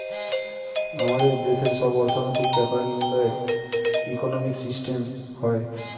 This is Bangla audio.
আমাদের দেশের সব অর্থনৈতিক বেপার লিয়ে ইকোনোমিক সিস্টেম হয়